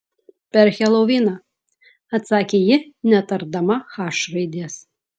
per heloviną atsakė ji netardama h raidės